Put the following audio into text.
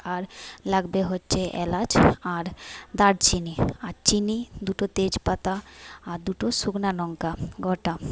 আর লাগবে হচ্ছে এলাচ আর দারচিনি আর চিনি দুটো তেজপাতা আর দুটো শুকনা লঙ্কা গোটা